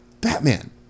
Batman